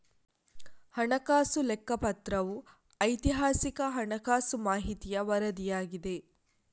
ಹಣಕಾಸು ಲೆಕ್ಕಪತ್ರವು ಐತಿಹಾಸಿಕ ಹಣಕಾಸು ಮಾಹಿತಿಯ ವರದಿಯಾಗಿದೆ